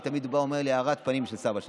והוא תמיד היה אומר לי: הארת פנים של סבא שלך.